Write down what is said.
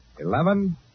eleven